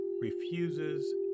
refuses